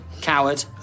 Coward